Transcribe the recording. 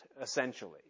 essentially